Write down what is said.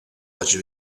acı